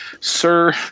sir